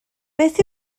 beth